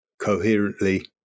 coherently